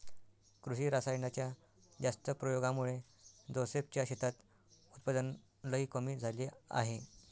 कृषी रासायनाच्या जास्त प्रयोगामुळे जोसेफ च्या शेतात उत्पादन लई कमी झाले आहे